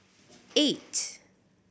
eight